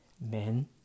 Men